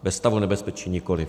Ve stavu nebezpečí nikoliv.